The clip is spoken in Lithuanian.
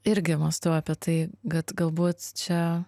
irgi mąstau apie tai kad galbūt čia